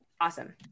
Awesome